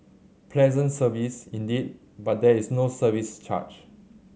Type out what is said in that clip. pleasant service indeed but there is no service charge